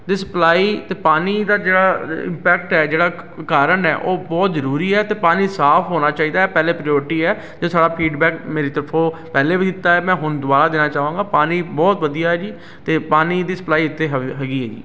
ਦੀ supply ਅਤੇ ਪਾਣੀ ਦਾ ਜਿਹੜਾ ਇੰਪੈਕਟ ਹੈ ਜਿਹੜਾ ਕਾਰਨ ਹੈ ਉਹ ਬਹੁਤ ਜ਼ਰੂਰੀ ਹੈ ਅਤੇ ਪਾਣੀ ਸਾਫ ਹੋਣਾ ਚਾਹੀਦਾ ਪਹਿਲੇ ਪ੍ਰਿਓਰਟੀ ਹੈ ਅਤੇ ਸਾਰਾ ਫੀਡਬੈਕ ਮੇਰੀ ਤਰਫੋਂ ਪਹਿਲੇ ਵੀ ਦਿੱਤਾ ਮੈਂ ਹੁਣ ਦੁਬਾਰਾ ਦੇਣਾ ਚਾਹੂੰਗਾ ਪਾਣੀ ਬਹੁਤ ਵਧੀਆ ਜੀ ਅਤੇ ਪਾਣੀ ਦੀ ਸਪਲਾਈ ਇੱਥੇ ਹੈਵ ਹੈਗੀ ਹੈ ਜੀ